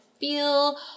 feel